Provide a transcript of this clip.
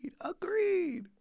Agreed